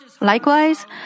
Likewise